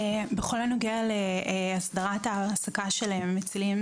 בכל הנוגע להסדרת ההעסקה של המצילים